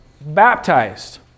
Baptized